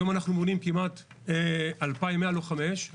היום אנחנו מונים כמעט 2,100 לוחמי אש.